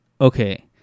Okay